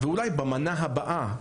ואולי במנה הבאה,